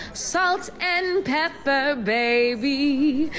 salt and pepper, baby.